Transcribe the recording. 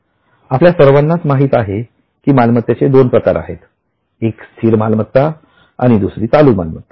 आपल्या सर्वांनाच माहीत आहे की मालमत्तेचे दोन प्रकार आहेत एक स्थिर मालमत्ता आणि दुसरी चालू मालमत्ता